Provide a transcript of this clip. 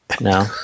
No